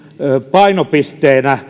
painopisteeksi